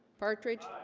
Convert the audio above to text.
partridge